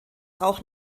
auch